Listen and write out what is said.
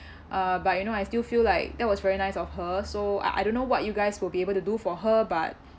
uh but you know I still feel like that was very nice of her so I don't know what you guys will be able to do for her but